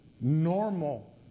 normal